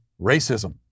racism